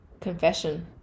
Confession